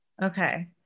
Okay